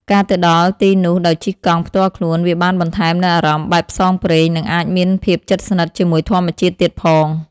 ការទៅដល់ទីនោះដោយជិះកង់ផ្ទាល់ខ្លួនវាបានបន្ថែមនូវអារម្មណ៍បែបផ្សងព្រេង និងអាចមានភាពជិតស្និទ្ធជាមួយធម្មជាតិទៀតផង។